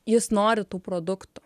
jis nori tų produktų